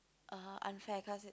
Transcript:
(uh huh) unfair cause it